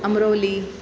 Amroli